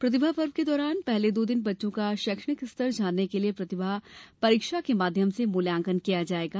प्रतिभा पर्व के दौरान पहले दो दिन बच्चों का शैक्षिणक स्तर जानने के लिये परीक्षा के माध्यम से मूल्यांकन किया जायेगा